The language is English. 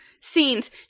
scenes